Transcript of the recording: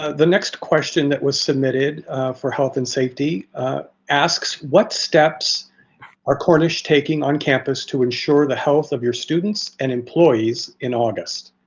ah the next question that was submitted for health and safety asks what steps are cornish taking on campus to ensure the health of your students and employees in august?